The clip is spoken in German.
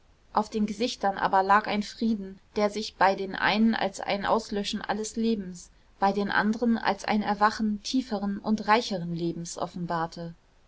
auf den gesichtern aber lag ein frieden der sich bei den einen als ein auslöschen alles lebens bei den anderen als ein erwachen tieferen und reicheren lebens